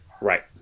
Right